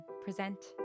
present